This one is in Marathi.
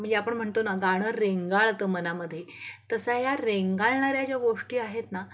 म्हणजे आपण म्हणतो ना गाणं रेंगाळतं मनामध्ये तसं ह्या रेंगाळणाऱ्या ज्या गोष्टी आहेत ना